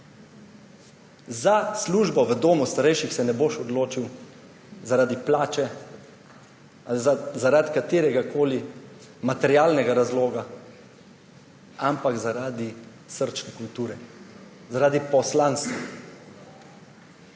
Za službo v domu za starejše se ne boš odločil zaradi plače ali zaradi kateregakoli materialnega razloga, ampak zaradi srčne kulture, zaradi poslanstva.